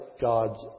God's